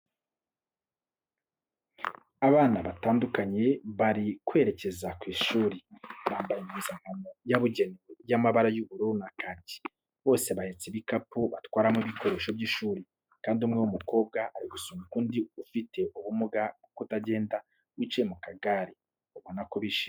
Abana batandukanye bari kwerekeza ku ishuri, bambaye impuzankano yabugenewe y'amabara y'ubururu na kacye. Bose bahetse ibikapu batwaramo ibikoresho by'ishuri, kandi umwe w'umukobwa ari gusunika undi ufute ubumuga bwo kutagenda wicaye mu kagare, ubona ko bishimiye kuba bigana na we.